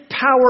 power